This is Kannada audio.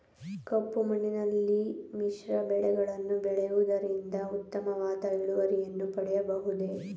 ಕಪ್ಪು ಮಣ್ಣಿನಲ್ಲಿ ಮಿಶ್ರ ಬೆಳೆಗಳನ್ನು ಬೆಳೆಯುವುದರಿಂದ ಉತ್ತಮವಾದ ಇಳುವರಿಯನ್ನು ಪಡೆಯಬಹುದೇ?